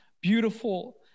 beautiful